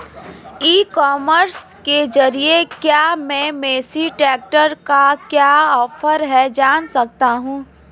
ई commerce के ज़रिए क्या मैं मेसी ट्रैक्टर का क्या ऑफर है जान सकता हूँ?